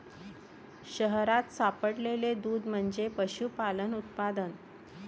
शहरात सापडलेले दूध म्हणजे पशुपालन उत्पादन